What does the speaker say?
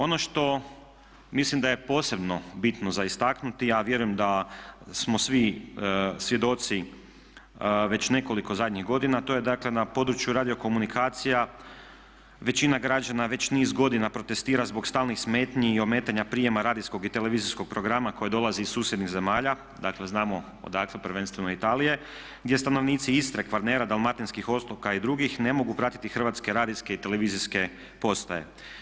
Ono što mislim da je posebno bitno za istaknuti a vjerujem da smo svi svjedoci već nekoliko zadnjih godina, to je dakle na području radiokomunikacija većina građana već niz godina protestira zbog stalnih smetnji i ometanja prijema radijskog i televizijskog programa koje dolazi iz susjednih zemalja, dakle znamo odakle prvenstveno Italije gdje stanovnici Istre, Kvarnera, Dalmatinskih otoka i drugih ne mogu pratiti hrvatske radijske i televizijske postaje.